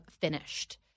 finished